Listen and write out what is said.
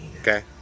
okay